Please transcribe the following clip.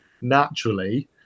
naturally